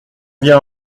viens